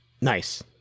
Nice